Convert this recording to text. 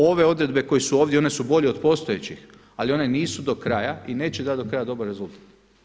Ove odredbe koje su ovdje one su bolje od postojećih ali one nisu do kraja i neće dati do kraja dobar rezultat.